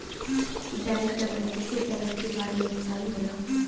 bank डकैती से bank के भारी नुकसान होला